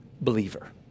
believer